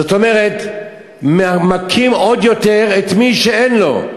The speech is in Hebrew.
זאת אומרת, מכים עוד יותר את מי שאין לו.